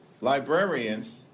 librarians